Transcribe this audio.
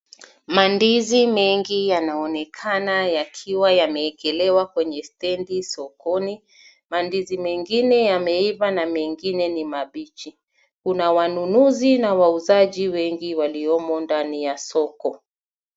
Mandizi mengi yanaonekana yakiwa yamewekelewa kwenye stendi sokoni. Mandizi mengine yameiva na mengine ni mabichi. Kuna wanunuzi na wauzaji wengi waliomo ndani ya soko.